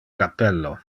cappello